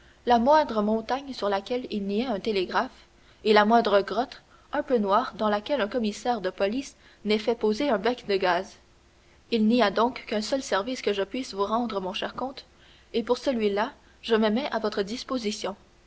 la moindre montagne sur laquelle il n'y ait un télégraphe et la moindre grotte un peu noire dans laquelle un commissaire de police n'ait fait poser un bec de gaz il n'y a donc qu'un seul service que je puisse vous rendre mon cher comte et pour celui-là je me mets à votre disposition